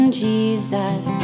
jesus